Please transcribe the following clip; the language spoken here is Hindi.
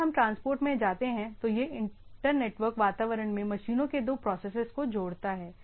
यदि हम ट्रांसपोर्ट में जाते हैं तो यह इंटर नेटवर्क वातावरण में मशीनों के दो प्रोसेसेस को जोड़ता है